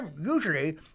usually